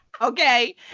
okay